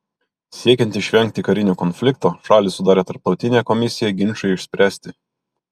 siekiant išvengti karinio konflikto šalys sudarė tarptautinę komisiją ginčui išspręsti